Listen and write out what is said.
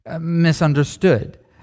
misunderstood